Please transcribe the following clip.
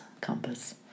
compass